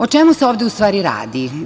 O čemu se ovde u stvari radi?